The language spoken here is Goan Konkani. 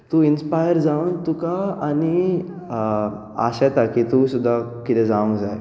तूं इंस्पायर जावन तुका आनी आशेता की तूं सुद्दा कितें जावंक जाय